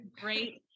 great